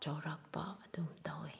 ꯆꯥꯎꯔꯥꯛꯄ ꯑꯗꯨꯝ ꯇꯧꯋꯤ